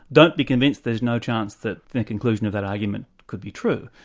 don't be convinced there's no chance that the conclusion of that argument could be true.